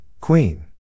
Queen